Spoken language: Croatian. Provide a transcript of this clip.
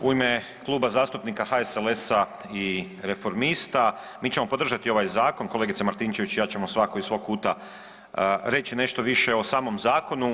U ime Kluba zastupnika HSLS-a i Reformista mi ćemo podržati ovaj zakon, kolegica Martinčević i ja ćemo svako iz svog kuta reći nešto više o samom zakonu.